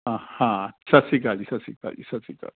ਹਾਂ ਹਾਂ ਸਤਿ ਸ਼੍ਰੀ ਅਕਾਲ ਜੀ ਸਤਿ ਸ਼੍ਰੀ ਅਕਾਲ ਜੀ ਸਤਿ ਸ਼੍ਰੀ ਅਕਾਲ